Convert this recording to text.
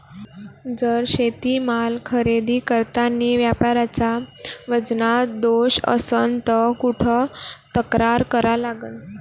जर शेतीमाल खरेदी करतांनी व्यापाऱ्याच्या वजनात दोष असन त कुठ तक्रार करा लागन?